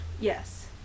Yes